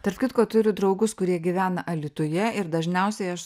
tarp kitko turiu draugus kurie gyvena alytuje ir dažniausiai aš